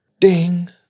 ding